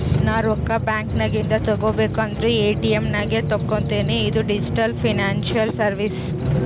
ನಾ ರೊಕ್ಕಾ ಬ್ಯಾಂಕ್ ನಾಗಿಂದ್ ತಗೋಬೇಕ ಅಂದುರ್ ಎ.ಟಿ.ಎಮ್ ನಾಗೆ ತಕ್ಕೋತಿನಿ ಇದು ಡಿಜಿಟಲ್ ಫೈನಾನ್ಸಿಯಲ್ ಸರ್ವೀಸ್